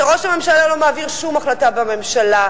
כשראש הממשלה לא מעביר שום החלטה בממשלה,